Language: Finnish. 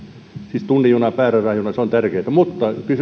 siis tunnin juna pääradalla on tärkeä mutta